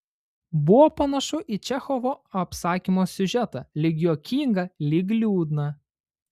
buvo panašu į čechovo apsakymo siužetą lyg juokingą lyg liūdną